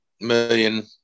million